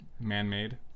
Man-made